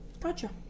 Gotcha